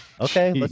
Okay